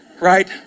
Right